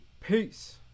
Peace